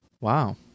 Wow